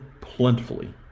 plentifully